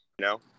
no